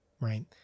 Right